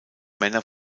männer